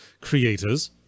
creators